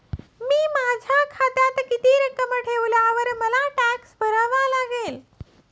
मी माझ्या खात्यात किती रक्कम ठेवल्यावर मला टॅक्स भरावा लागेल?